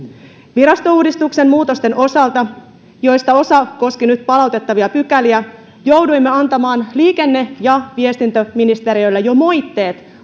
virastouudistuksen muutosten osalta joista osa koski nyt palautettavia pykäliä jouduimme antamaan liikenne ja viestintäministeriölle jo moitteet